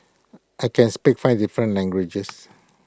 I can speak five different languages